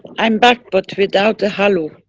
i'm back but without a halo.